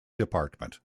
department